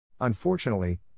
Unfortunately